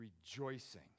rejoicing